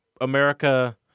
America